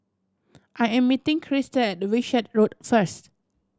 I am meeting Krista at Wishart Road first